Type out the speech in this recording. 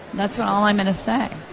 that's all i'm going to say